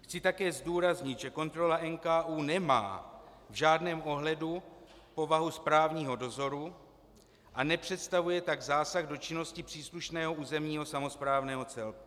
Chci také zdůraznit, že kontrola NKÚ nemá v žádném ohledu povahu správního dozoru a nepředstavuje tak zásah do činnosti příslušného územního samosprávného celku.